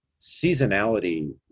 seasonality